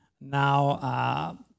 Now